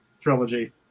trilogy